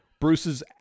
Bruce's